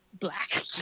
black